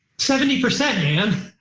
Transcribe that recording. seventy percent man,